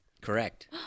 correct